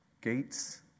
gates